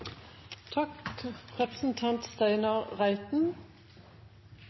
Takk til